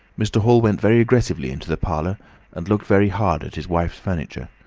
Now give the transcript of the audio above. mr. hall went very aggressively into the parlour and looked very hard at his wife's furniture,